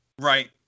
right